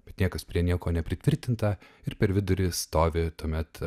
bet niekas prie nieko nepritvirtinta ir per vidurį stovi tuomet